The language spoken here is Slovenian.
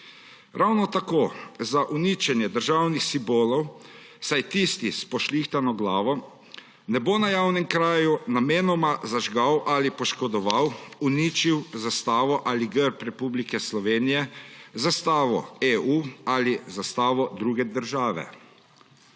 Ravno tako za uničenje državnih simbolov, saj tisti s pošlihtano glavo ne bo na javnem kraju namenoma zažgal ali poškodoval, uničil zastavo ali grb Republike Slovenije, zastavo EU ali zastavo druge države.